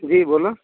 जी बोलो